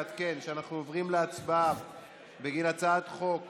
לעדכן שאנחנו עוברים להצבעה על הצעת חוק